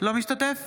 אינו משתתף